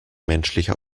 menschlicher